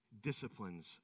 disciplines